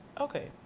Okay